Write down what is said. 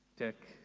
tick,